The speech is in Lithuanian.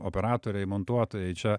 operatoriai montuotojai čia